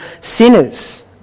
sinners